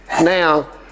Now